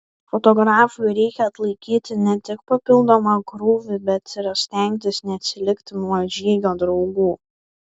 fotografui reikia atlaikyti ne tik papildomą krūvį bet ir stengtis neatsilikti nuo žygio draugų